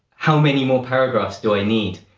how many more paragraphs do i need?